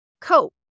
cope